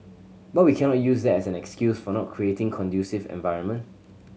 but we cannot use that as an excuse for not creating conducive environment